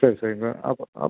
சரி சரிங்க அப்போ அப்போ